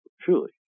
Truly